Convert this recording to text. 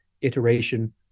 iteration